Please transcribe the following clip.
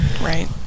right